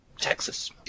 texas